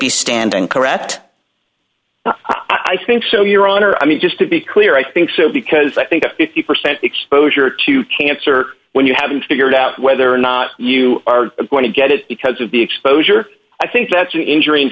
be standing correct i think so your honor i mean just to be clear i think so because i think a fifty percent exposure to cancer when you haven't figured out whether or not you are going to get it because of the exposure i think that's an injury in